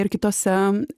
ir kitose